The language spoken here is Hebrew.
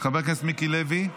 חבר הכנסת מיקי לוי,